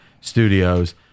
studios